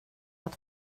att